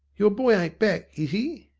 your boy ain't back, is e?